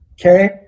okay